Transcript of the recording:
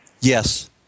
Yes